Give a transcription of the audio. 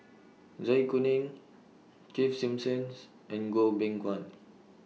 Zai Kuning Keith Simmons and Goh Beng Kwan